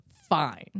fine